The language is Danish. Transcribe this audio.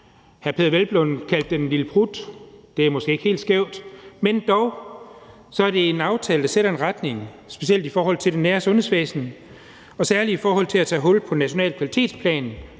Hr. Peder Hvelplund kaldte den »en lille prut«; det er måske ikke helt skævt. Men dog er det en aftale, der sætter en retning, specielt i forhold til det nære sundhedsvæsen og særlig i forhold til at tage hul på en national kvalitetsplan